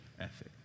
ethic